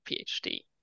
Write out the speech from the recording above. PhD